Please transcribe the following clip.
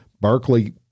Berkeley